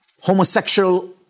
homosexual